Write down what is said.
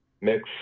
mix